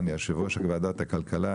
יושב ראש ועדת הכלכלה,